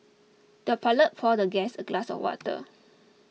the pellet poured the guest a glass of water